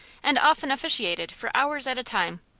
and often officiated for hours at a time,